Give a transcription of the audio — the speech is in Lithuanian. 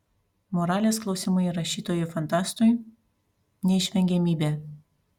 moralės klausimai rašytojui fantastui neišvengiamybė